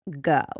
go